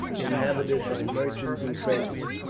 inhabited by merchants and traders.